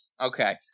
okay